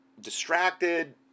distracted